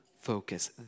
focus